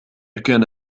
كان